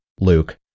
Luke